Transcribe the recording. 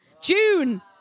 June